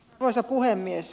arvoisa puhemies